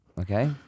Okay